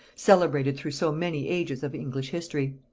celebrated through so many ages of english history.